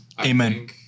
Amen